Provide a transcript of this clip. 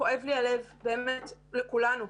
כואב לי הלב באמת, לכולנו.